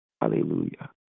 Hallelujah